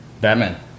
Batman